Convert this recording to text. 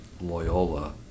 Loyola